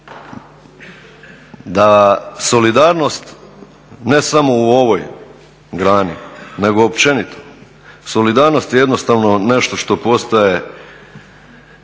da solidarnost, ne samo u ovoj grani, nego općenito solidarnost je jednostavno nešto što postaje